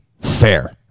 fair